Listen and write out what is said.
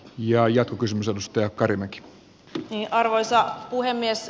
ja jo kysymys avustaja karimäki tuumi arvoisa puhemies